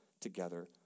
together